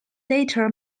data